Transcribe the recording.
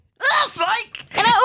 psych